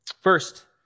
First